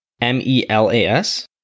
MELAS